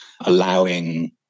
allowing